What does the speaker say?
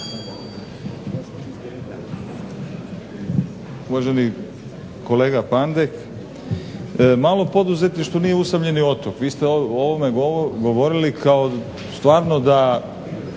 Uvaženo kolega Pandek, malo poduzetništvo nije usamljeni otok. Vi ste u ovome govorili kao stvarno da